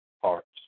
parts